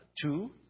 Two